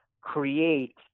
create